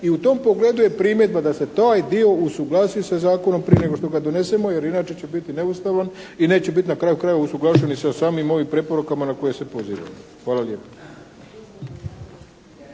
I u tom pogledu je primjedba da se taj dio usuglasi sa zakonom prije nego što ga donesemo jer inače će biti neustavan i neće biti na kraju krajeva usuglašen i sa samim ovim preporukama na koje se poziva. Hvala lijepa.